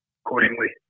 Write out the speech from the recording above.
accordingly